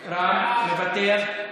רם, מוותר,